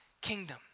kingdom